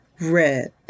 red